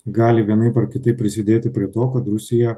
gali vienaip ar kitaip prisidėti prie to kad rusija